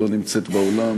לא נמצאת באולם